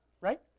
right